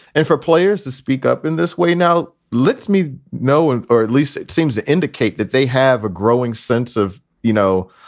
and for players to speak up in this way now, let me know, and or at least it seems to indicate that they have a growing sense of, you know,